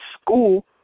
school